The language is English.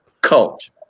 cult